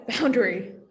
boundary